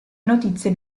notizie